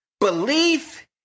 belief